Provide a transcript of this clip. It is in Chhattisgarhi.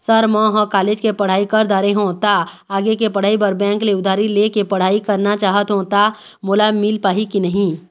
सर म ह कॉलेज के पढ़ाई कर दारें हों ता आगे के पढ़ाई बर बैंक ले उधारी ले के पढ़ाई करना चाहत हों ता मोला मील पाही की नहीं?